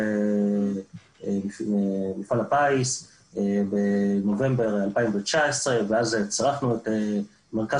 מפעל הפיס בנובמבר 2019. ואז צירפנו את מרכז